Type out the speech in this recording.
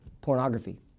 pornography